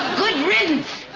good riddance.